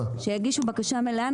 שיגישו בקשה מלאה,